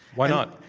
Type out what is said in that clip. why not?